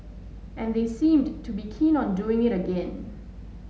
and they seemed to be keen on doing it again